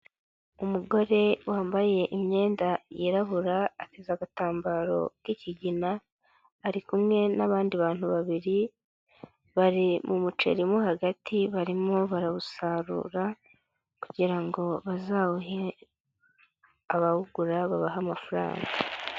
Umugore wambaye imyenda yirabura, ateze agatambaro k'ikigina, ari kumwe n'abandi bantu babiri, bari mu muceri mo hagati, barimo barawusarura kugira ngo bazawuhe abawugura, babahe amafaranga.